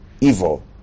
evil